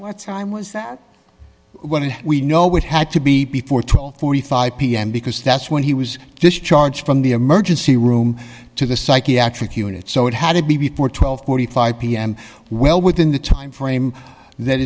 time was that we know would had to be before twelve forty five pm because that's when he was discharged from the emergency room to the psychiatric unit so it had to be before twelve forty five pm well within the timeframe that